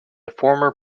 former